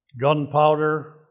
gunpowder